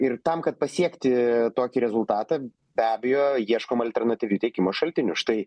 ir tam kad pasiekti tokį rezultatą be abejo ieškom alternatyvių tiekimo šaltinių štai